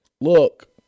look